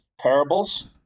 parables